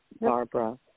Barbara